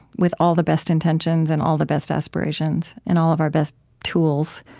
with all the best intentions and all the best aspirations and all of our best tools.